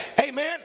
Amen